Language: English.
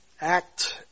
act